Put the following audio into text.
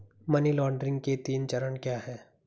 Money laundering के तीन चरण क्या हैं?